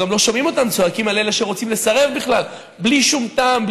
אנחנו גם לא שומעים אותם צועקים על אלה שרוצים לסרב בכלל בלי שום טעם,